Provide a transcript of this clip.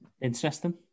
Interesting